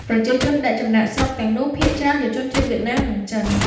ប្រជាជនដែលចំណាកស្រុកទាំងនោះភាគច្រើនជាជនជាតិវៀតណាម និងចិន។